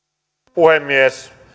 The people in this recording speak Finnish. puhemies